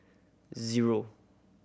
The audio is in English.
zero